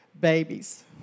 babies